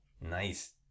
Nice